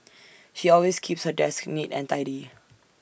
she always keeps her desk neat and tidy